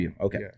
Okay